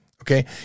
Okay